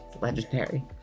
legendary